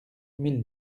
mille